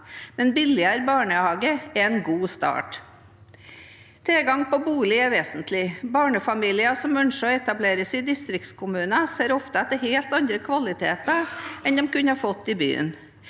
men billigere barnehage er en god start. Tilgang på bolig er vesentlig. Barnefamilier som ønsker å etablere seg i distriktskommuner, ser ofte etter helt andre kvaliteter enn de kunne ha fått i byen.